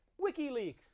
WikiLeaks